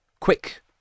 quick